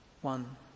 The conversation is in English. One